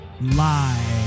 live